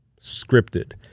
scripted